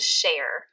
share